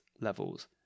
levels